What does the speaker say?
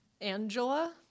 Angela